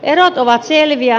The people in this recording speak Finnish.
erot ovat selviä